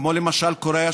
כמו קוריאה,